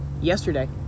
yesterday